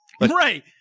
right